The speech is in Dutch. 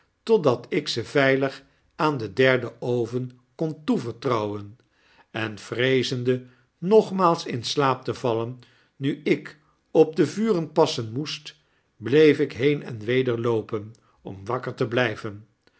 totdat ik ze veilig aan den derden oven kon toevertrouwen en vreezende nogmaals in slaap te vallen nu ik opdevuren passen moest bleef ik heen en weder loopen om wakker te bly